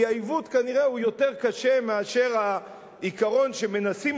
כי העיוות כנראה הוא יותר קשה מאשר העיקרון שמנסים